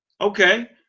okay